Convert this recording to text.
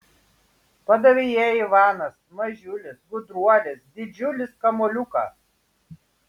padavė jai ivanas mažiulis gudruolis didžiulis kamuoliuką